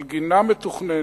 על גינה מתוכננת,